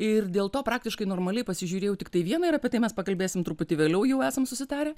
ir dėl to praktiškai normaliai pasižiūrėjau tiktai vieną ir apie tai mes pakalbėsim truputį vėliau jau esam susitarę